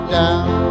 down